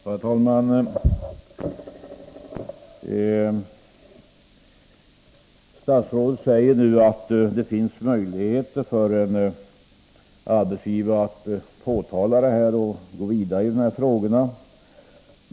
Herr talman! Statsrådet säger nu att det finns möjligheter för en arbetsgivare att påtala det här förhållandet och gå vidare när det gäller dessa frågor.